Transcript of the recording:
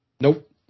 Nope